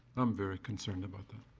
i'm very concerned about that.